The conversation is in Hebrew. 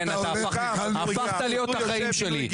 כן, אתה הפכת להיות החיים שלי.